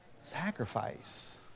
Sacrifice